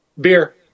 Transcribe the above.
Beer